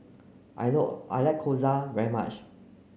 I I like Gyoza very much